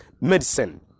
medicine